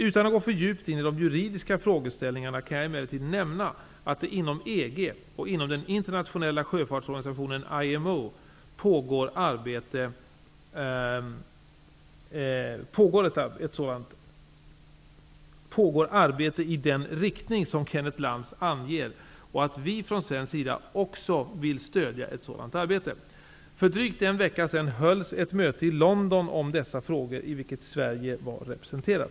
Utan att gå för djupt in i de juridiska frågeställningarna kan jag emellertid nämna att det inom EG och inom den internationella sjöfartsorganisationen IMO pågår arbete i den riktning som Kenneth Lantz anger och att vi från svensk sida också vill stödja ett sådant arbete. För drygt en vecka sedan hölls ett möte i London om dessa frågor, i vilket Sverige var representerat.